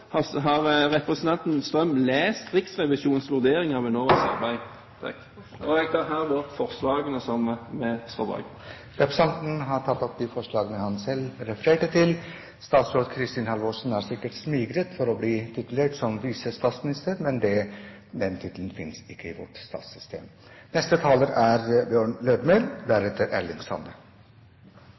Har representanten Strøm lest Riksrevisjonens vurderinger av Enovas arbeid? Jeg tar herved opp forslaget som vi står bak. Representanten Ketil Solvik-Olsen har tatt opp det forslaget han refererte til. Statsråd Kristin Halvorsen er sikkert smigret over å bli titulert som visestatsminister, men den tittelen finnes ikke i vårt statssystem. Eg er redd for at det er